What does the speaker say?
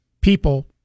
people